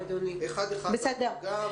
אחד אחד, בהדרגה.